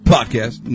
Podcast